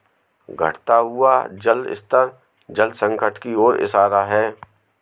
घटता हुआ जल स्तर जल संकट की ओर इशारा है